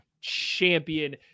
champion